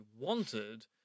wanted